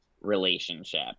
relationship